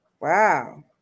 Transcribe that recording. wow